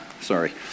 Sorry